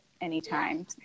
anytime